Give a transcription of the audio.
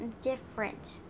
different